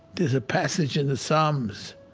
there's a passage in the psalms,